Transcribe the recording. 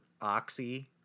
oxy